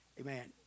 amen